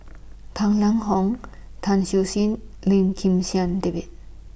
Tang Lang Hong Tang Siew Sin Lim Kim San David